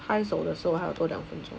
开始的时候还有多两分钟